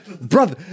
Brother